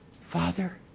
Father